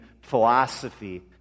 philosophy